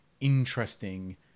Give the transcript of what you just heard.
interesting